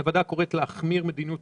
הוועדה גם קוראת להחמיר את מדיניות